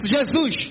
Jesus